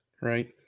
right